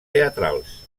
teatrals